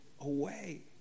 away